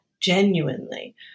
genuinely